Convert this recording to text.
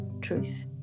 Truth